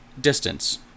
Distance